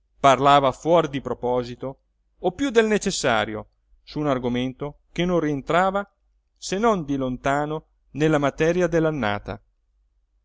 parlava fuor di proposito o piú del necessario su un argomento che non rientrava se non di lontano nella materia